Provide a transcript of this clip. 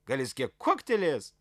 gal jis kiek kuoktelėjęs